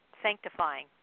sanctifying